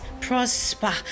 prosper